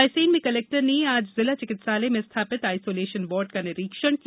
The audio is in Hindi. रायसेन में कलेक्टर ने आज जिला चिकित्सालय में स्थापित आइसोलेशन वार्ड का निरीक्षण किया